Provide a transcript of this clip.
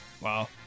Wow